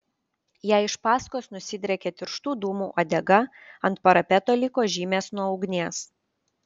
jai iš paskos nusidriekė tirštų dūmų uodega ant parapeto liko žymės nuo ugnies